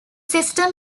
system